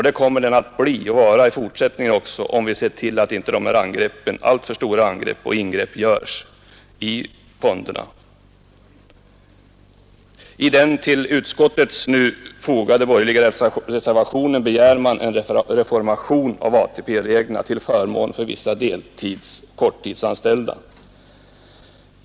Det kommer den att bli i fortsättningen också, om vi ser till att inte alltför stora ingrepp görs i fonderna. I den till utskottets betänkande nu fogade borgerliga reservationen begär man en reform av ATP-reglerna till förmån för vissa deltidsoch korttidsanställda.